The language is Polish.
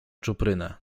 czuprynę